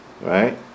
Right